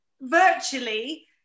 virtually